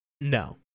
No